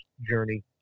journey